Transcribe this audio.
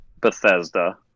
Bethesda